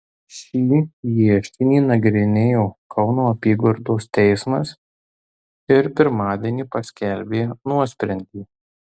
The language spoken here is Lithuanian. šį ieškinį nagrinėjo kauno apygardos teismas ir pirmadienį paskelbė nuosprendį